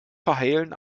verheilen